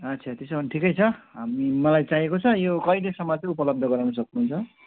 अच्छा त्यसो भने ठिकै छ हामी मलाई चाहिएको छ यो कहिलेसम्म चाहिँ उपलब्ध गराउँन सक्नुहुन्छ